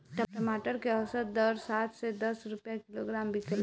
टमाटर के औसत दर सात से दस रुपया किलोग्राम बिकला?